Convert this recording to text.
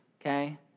okay